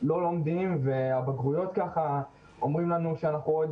לא לומדים והבגרויות אומרים לנו שעוד